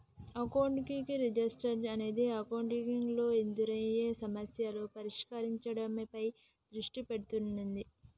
accounting research అనేది accounting లో ఎదురయ్యే సమస్యలను పరిష్కరించడంపై దృష్టి పెడుతున్నాది